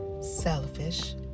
Selfish